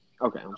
Okay